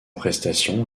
prestation